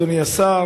אדוני השר,